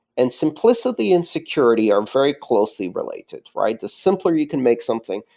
and simplicity and security are very closely related, right? the simpler you can make something,